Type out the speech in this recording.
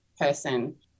person